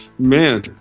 Man